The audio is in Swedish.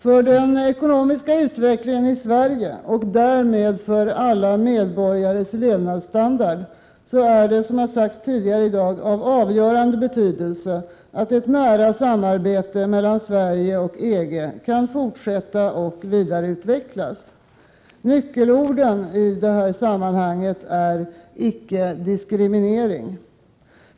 För den ekonomiska utvecklingen i Sverige — och därmed för alla medborgares levnadsstandard — är det, som också har sagts tidigare i dag, av avgörande betydelse att ett nära samarbete mellan Sverige och EG kan fortsätta och vidareutvecklas. Nyckelorden i detta sammanhang är ”icke diskriminering”.